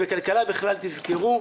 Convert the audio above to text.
בכלכלה, בכלל תזכרו,